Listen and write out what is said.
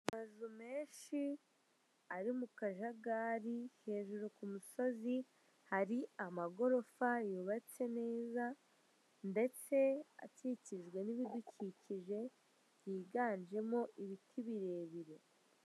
Amazu menshi ari mukajagari hejuru kumusozi, hari amagorofa yubatse neza ndetse akikijwe n'ibidukikije yiganjemo ibiti birebire.